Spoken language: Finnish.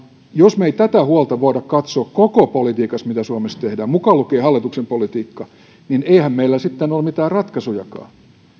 jos me emme tätä huolta voi katsoa koko politiikassa mitä suomessa tehdään mukaan lukien hallituksen politiikka niin eihän meillä sitten ole mitään ratkaisujakaan